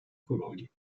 colori